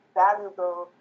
valuable